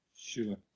Sure